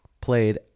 played